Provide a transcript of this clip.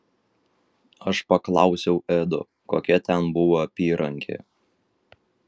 aš paklausiau edo kokia ten buvo apyrankė